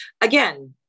Again